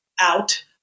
out